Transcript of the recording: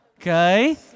Okay